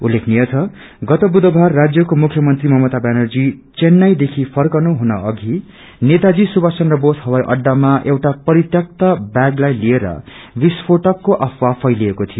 उल्लेखनीय छ गत बुध्कार राज्यको मुख्य मंत्री ममता व्यानर्जी चंन्नईदेखि फकनु हुन अघि नेताजी सुधाय चन्द्र बोस हवाई अडडामा एउटा परित्यक्ता बैगलाई लिएर विस्फ्रेटकको अफवाह फैलिएको थियो